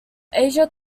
asia